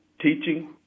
teaching